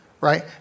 right